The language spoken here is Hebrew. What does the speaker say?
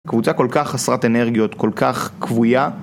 קבוצה כל כך חסרת אנרגיות, כל כך כבויה